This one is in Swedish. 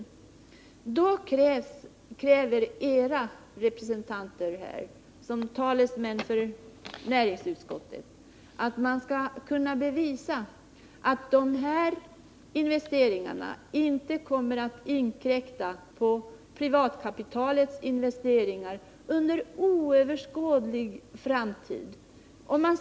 Men då kräver centerns representanter här såsom talesmän för näringsutskottet att man skall bevisa att dessa investeringar inte kommer att inkräkta på privatkapitalets investeringar under oöverskådlig framtid.